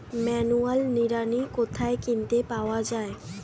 Manual নিড়ানি কোথায় কিনতে পাওয়া যায়?